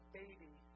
baby